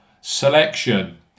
selection